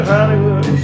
Hollywood